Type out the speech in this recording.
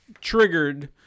triggered